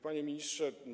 Panie Ministrze!